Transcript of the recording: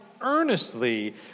Earnestly